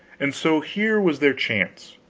and so here was their chance.